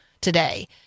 today